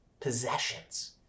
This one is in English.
possessions